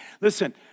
Listen